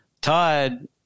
todd